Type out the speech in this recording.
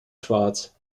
schwarz